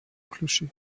clocher